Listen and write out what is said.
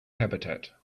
habitat